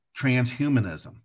transhumanism